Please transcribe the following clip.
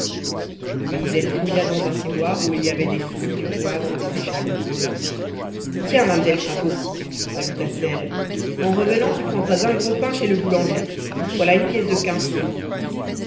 puis elle fouilla dans un tiroir où il y avait des sous du poivre et des échalotes tiens mamzelle crapaud ajouta-t-elle en revenant tu prendras un gros pain chez le boulanger voilà une pièce de quinze sous